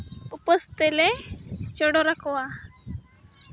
ᱩᱯᱟᱹᱥ ᱛᱮᱞᱮ ᱪᱚᱰᱚᱨᱟᱠᱚᱣᱟ